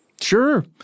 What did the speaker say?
Sure